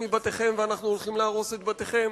מבתיכם ואנחנו הולכים להרוס את בתיכם?